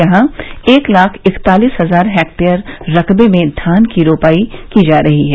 यहां एक लाख इकतालीस हजार हेक्टेयर रकबे में धान की रोपाई की जा रही है